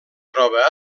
troba